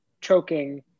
choking